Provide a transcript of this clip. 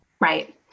Right